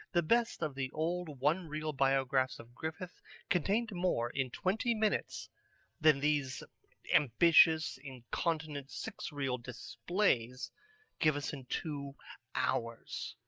the best of the old one-reel biographs of griffith contained more in twenty minutes than these ambitious incontinent six-reel displays give us in two hours.